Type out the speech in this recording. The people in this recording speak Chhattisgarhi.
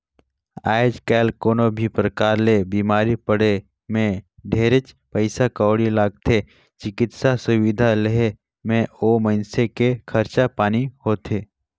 आयज कायल कोनो भी परकार ले बिमारी पड़े मे ढेरेच पइसा कउड़ी लागथे, चिकित्सा सुबिधा लेहे मे ओ मइनसे के खरचा पानी होथे